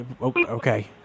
Okay